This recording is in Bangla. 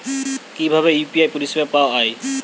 কিভাবে ইউ.পি.আই পরিসেবা পাওয়া য়ায়?